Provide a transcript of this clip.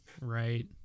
Right